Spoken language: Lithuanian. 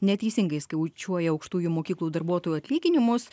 neteisingai skaičiuoja aukštųjų mokyklų darbuotojų atlyginimus